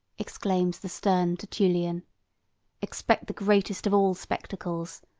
exclaims the stern tertullian expect the greatest of all spectacles,